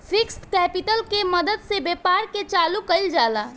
fixed capital के मदद से व्यापार के चालू कईल जाला